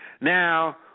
Now